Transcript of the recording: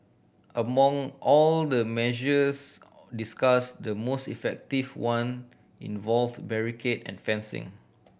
among all the measures discussed the most effective one involved barricade and fencing